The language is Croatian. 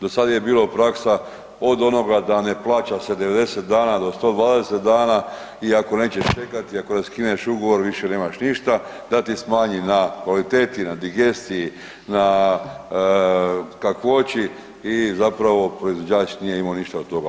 Do sad je bilo praksa od onoga da ne plaća se 90 dana do 120 dana i ako nećeš čekati, ako raskineš ugovor više nemaš ništa, da ti smanji na kvaliteti, na digestiji, na kakvoći i zapravo proizvođač nije imao ništa od toga.